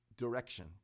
Direction